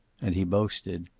and he boasted,